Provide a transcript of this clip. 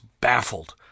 baffled